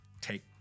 take